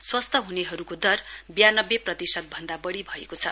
स्वस्थ ह्नेहरूको दर ब्यानब्बे प्रतिशतभन्दा बढ़ी भएको छ